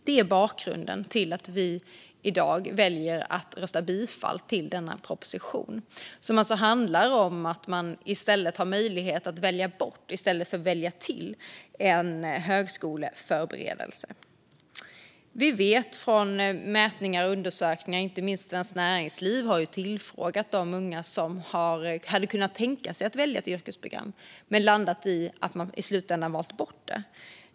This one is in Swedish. Detta är bakgrunden till att vi i dag väljer att rösta för bifall till denna proposition, som handlar om att man ska ha möjlighet att välja bort i stället för att välja till högskoleförberedelse. Det har gjorts mätningar och undersökningar, inte minst av Svenskt Näringsliv, där man ställt frågor till unga som hade kunnat tänka sig att välja ett yrkesprogram men i slutändan landat i att välja bort det.